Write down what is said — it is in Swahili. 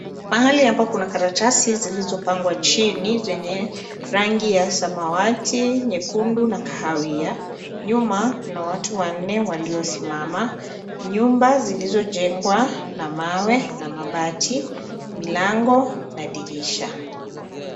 Mahali hapa kuna karatasi zilizopangwa chini, zenye rangi ya samawati, nyekundu na kahawia. Nyuma kuna watu wanne waliosimama. Nyumba zilizojengwa na mawe na mabati, milango na dirisha.